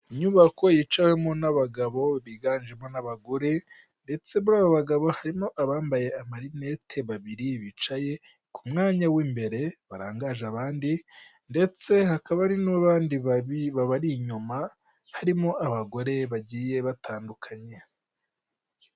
Inyubako yicawemo n'abagabo biganjemo n'abagore, ndetse muri aba bagabo harimo abambaye amarinete babiri bicaye ku mwanya w'imbere, barangaje abandi ndetse hakaba ari n'abandi babari inyuma, harimo abagore bagiye batandukanye.